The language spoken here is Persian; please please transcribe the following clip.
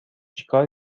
چیکار